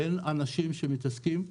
אין אנשים שמתעסקים בזה.